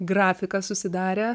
grafiką susidarę